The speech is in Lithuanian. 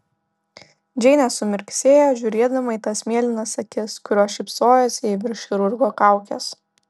džeinė sumirksėjo žiūrėdama į tas mėlynas akis kurios šypsojosi jai virš chirurgo kaukės